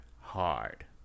hard